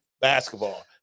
basketball